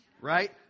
right